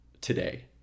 today